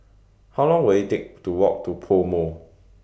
How Long Will IT Take to Walk to Pomo